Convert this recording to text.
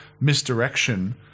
misdirection